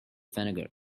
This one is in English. vinegar